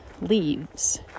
leaves